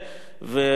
וכולנו,